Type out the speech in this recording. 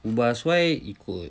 ubah suai ikut